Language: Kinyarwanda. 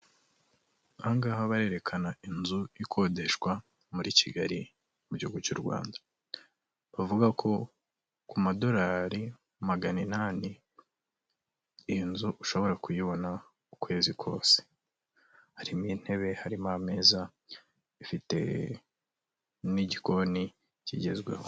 Aha ngaha barerekana inzu ikodeshwa muri Kigali mu gihugu cy'u Rwanda. Bavuga ko ku madorari magana inani, iyo nzu ushobora kuyibona ukwezi kose. Harimo intebe, harimo ameza, ifite n'igikoni kigezweho.